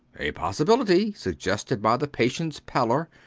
a possibility suggested by the patient's pallor.